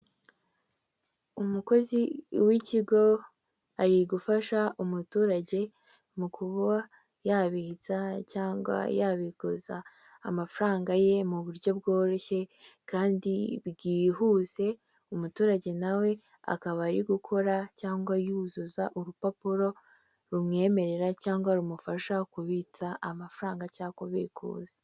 Umukozi w'ikigo arigufasha umuturage mu kuba yabitsa cyangwa yabiguza amafaranga ye mu buryo bworoshye kandi bwihuse, umuturage nawe akaba ari gukora cyangwa yuzuza urupapuro rumwemerera cyangwa rumufasha kubitsa amafaranga cyangwa bikuza.